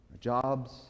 jobs